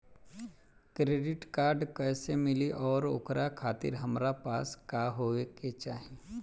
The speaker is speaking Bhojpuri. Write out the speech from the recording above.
क्रेडिट कार्ड कैसे मिली और ओकरा खातिर हमरा पास का होए के चाहि?